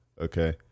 Okay